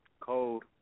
Cold